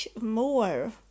more